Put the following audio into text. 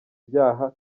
byaha